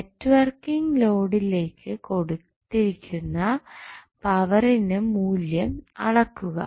networking നോഡിലേക്ക് കൊടുത്തിരിക്കുന്ന പവറിന് മൂല്യം അളക്കുക